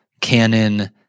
Canon